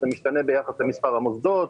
זה משתנה ביחס למספר המוסדות